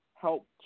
Help